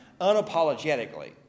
unapologetically